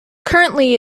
currently